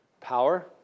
power